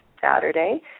Saturday